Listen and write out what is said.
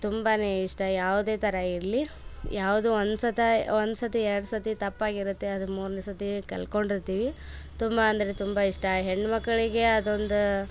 ತುಂಬಾನೆ ಇಷ್ಟ ಯಾವುದೇ ಥರ ಇರಲಿ ಯಾವುದೋ ಒಂದ್ಸರ್ತಿ ಒಂದ್ಸರ್ತಿ ಎರಡು ಸರ್ತಿ ತಪ್ಪಾಗಿರುತ್ತೆ ಆದ್ರೆ ಮೂರನೇ ಸರ್ತಿ ಕಲ್ಕೊಂಡಿರ್ತಿವಿ ತುಂಬಾ ಅಂದರೆ ತುಂಬ ಇಷ್ಟ ಹೆಣ್ಣು ಮಕ್ಕಳಿಗೆ ಅದೊಂದೂ